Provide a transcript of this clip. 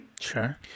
sure